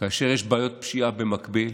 כאשר יש בעיות פשיעה במקביל